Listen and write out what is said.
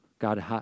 God